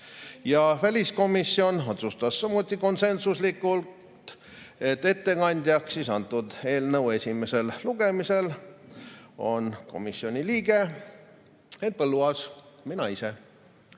Ja väliskomisjon otsustas samuti konsensuslikult, et ettekandjaks eelnõu esimesel lugemisel on komisjoni liige Henn Põlluaas, mina ise.